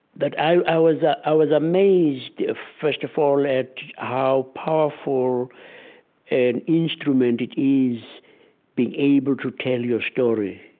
that i was ah i was amazed, first of all, at how powerful an instrument it is being able to tell your story.